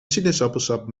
sinaasappelsap